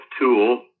tool